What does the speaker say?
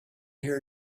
here